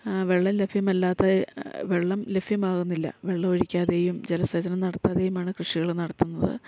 വെള്ളം ലഭ്യമല്ലാത്ത വെള്ളം ലഭ്യമാകുന്നില്ല വെള്ളം ഒഴിക്കാതെയും ജലസേചനം നടത്താതെയുമാണ് കൃഷികൾ നടത്തുന്നത്